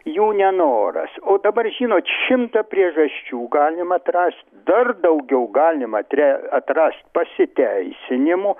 jų nenoras o dabar žinot šimtą priežasčių galima atrasti dar daugiau galima tre atrast pasiteisinimų